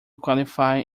qualify